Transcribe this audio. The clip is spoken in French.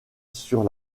sur